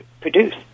produce